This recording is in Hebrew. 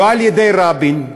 לא על-ידי רבין,